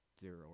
zero